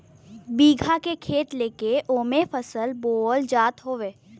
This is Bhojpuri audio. बीघा के खेत लेके ओमे फसल बोअल जात हौ